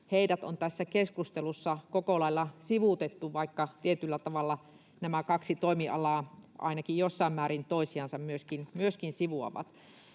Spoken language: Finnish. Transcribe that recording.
heidät on tässä keskustelussa koko lailla sivuutettu, vaikka tietyllä tavalla nämä kaksi toimialaa ainakin jossain määrin toisiansa myöskin sivuavat.